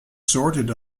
sorted